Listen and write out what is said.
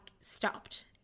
stopped